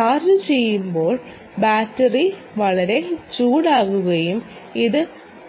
ചാർജ്ജുചെയ്യുമ്പോൾ battery വളരെ ചൂടാകുകയും ഇത്